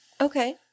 Okay